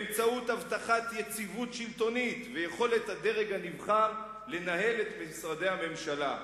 באמצעות הבטחת יציבות שלטונית ויכולת הדרג הנבחר לנהל את משרדי הממשלה".